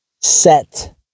set